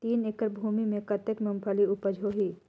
तीन एकड़ भूमि मे कतेक मुंगफली उपज होही?